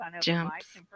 jumps